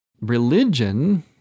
religion